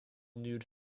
nude